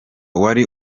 wari